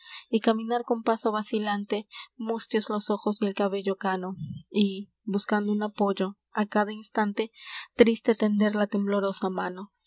y caminar con paso vacilante mústios los ojos y el cabello cano y buscando un apoyo á cada instante triste tender la temblorosa mano y